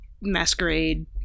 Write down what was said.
masquerade